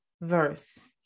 verse